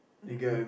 mmhmm